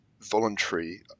voluntary